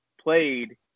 played